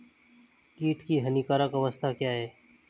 कीट की हानिकारक अवस्था क्या है?